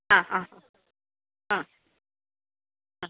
ആ ആ ആ ആ